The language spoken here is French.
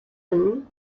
devon